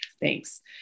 Thanks